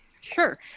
Sure